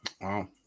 Wow